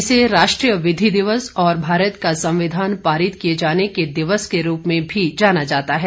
इसे राष्ट्रीय विधि दिवस और भारत का संविधान पारित किए जाने के दिवस के रूप में भी जाना जाता है